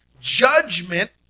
judgment